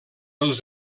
els